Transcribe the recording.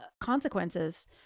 consequences